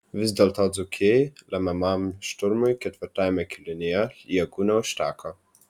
vis dėlto dzūkijai lemiamam šturmui ketvirtajame kėlinyje jėgų neužteko